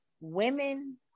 women